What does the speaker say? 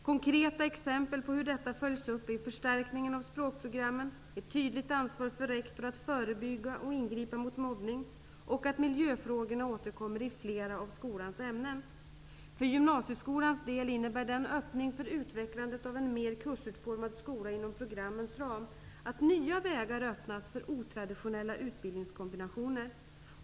Konkreta exempel på hur dessa följs upp är förstärkningen av språkprogrammen, ett tydligt ansvar för rektor att förebygga och ingripa mot mobbning och att miljöfrågorna återkommer i flera av skolans ämnen. För gymnasieskolans del innebär öppningen för utvecklandet av en mer kursutformad skola inom programmens ram att nya vägar öppnas för otraditionella utbildningskombinationer.